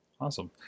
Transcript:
awesome